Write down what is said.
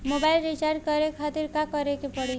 Mobile recharge करे खातिर का करे के पड़ी?